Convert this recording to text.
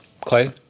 Clay